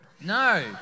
No